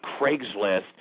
Craigslist